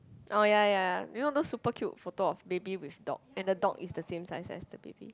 oh ya ya you know the super cute photo of baby with dog and the dog is the same size with the baby